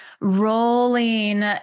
rolling